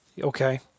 Okay